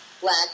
black